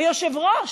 היושב-ראש,